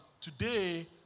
today